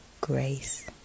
Grace